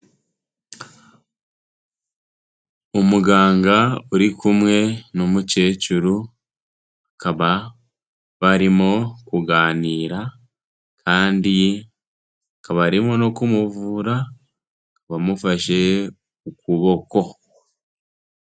Umuganga uri kumwe n'umukecuru, bakaba barimo kuganira kandi akaba arimo no kumuvura, akaba amufashe ukuboko.